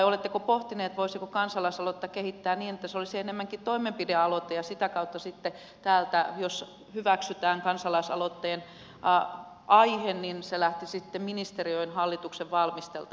oletteko pohtinut voisiko kansalaisaloitetta kehittää niin että se olisi enemmänkin toimenpidealoite ja sitä kautta sitten täältä jos hyväksytään kansalaisaloitteen aihe se lähtisi ministeriöön hallituksen valmisteltavaksi